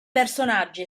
personaggi